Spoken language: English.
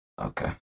Okay